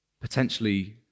potentially